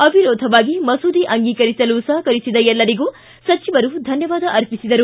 ಅವಿರೋಧವಾಗಿ ಮಸೂದೆ ಅಂಗೀಕರಿಸಲು ಸಹಕರಿಸಿದ ಎಲ್ಲರಿಗೂ ಸಚಿವರು ಧನ್ನವಾದ ಅರ್ಪಿಸಿದರು